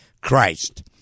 Christ